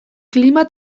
klima